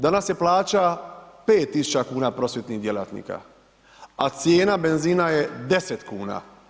Danas je plaća 5000 kn prosvjetnih djelatnika a cijena benzina je 10 kn.